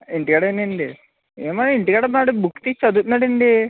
ఇంటికాడేనండి ఏమో ఇంటికాడ madam books తీసి చదువుతున్నాడండి